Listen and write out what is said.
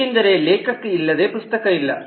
ಏಕೆಂದರೆ ಲೇಖಕ ಇಲ್ಲದೆ ಪುಸ್ತಕ ಇಲ್ಲ